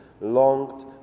longed